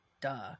duh